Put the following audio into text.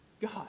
God